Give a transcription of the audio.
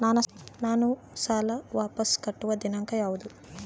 ನಾನು ಸಾಲ ವಾಪಸ್ ಕಟ್ಟುವ ದಿನಾಂಕ ಯಾವುದು?